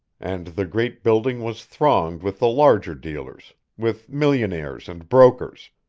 and the great building was thronged with the larger dealers with millionaires and brokers,